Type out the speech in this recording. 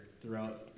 throughout